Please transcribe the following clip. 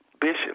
Bishop